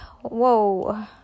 whoa